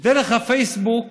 דרך הפייסבוק